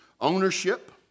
ownership